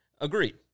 Agreed